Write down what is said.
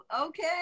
okay